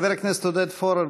חבר הכנסת עודד פורר,